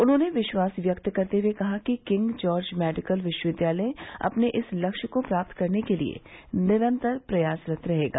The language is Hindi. उन्होंने विश्वास व्यक्त करते हए कहा कि किंग जार्ज मेडिकल विश्वविद्यालय अपने इस लक्ष्य को प्राप्त करने के लिए निरंतर प्रयासरत रहेगा